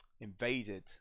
invaded